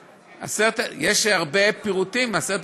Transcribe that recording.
לייצר, חבר הכנסת אמסלם,